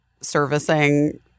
servicing